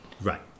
Right